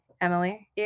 Emily